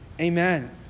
amen